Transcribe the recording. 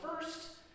first